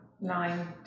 nine